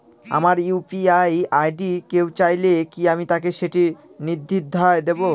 আমার UPI ID কেউ চাইলে কি আমি তাকে সেটি নির্দ্বিধায় দেব?